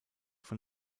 von